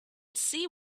see